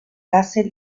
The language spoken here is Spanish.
kassel